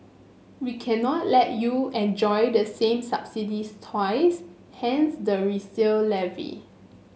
we cannot let you enjoy the same subsidies twice hence the resale levy